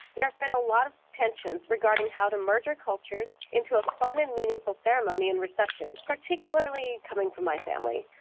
there have been a lot of tensions regarding how to merge our cultures into a fun and meaningful ceremony and reception, particularly coming from my family.